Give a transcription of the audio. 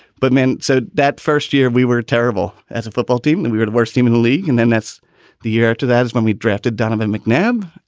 but, man, so that first year, we were terrible as a football team and we were the worst team in the league. and then that's the year to that's when we drafted donovan mcnabb.